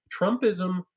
Trumpism